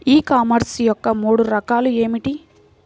ఈ కామర్స్ యొక్క మూడు రకాలు ఏమిటి?